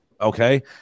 Okay